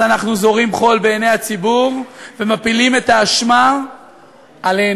אנחנו זורים חול בעיני הציבור ומפילים את האשמה עלינו,